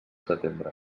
setembre